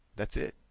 that's it.